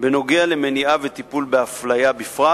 בנוגע למניעה ולטיפול באפליה בפרט